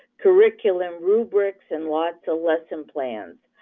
curriculum rubrics, and lots of lesson plans.